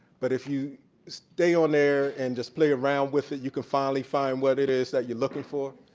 but if you stay on there and just play around with it, you can finally find what it is that you're looking for.